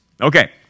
Okay